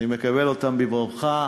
אני מקבל אותם בברכה.